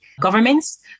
governments